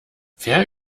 wer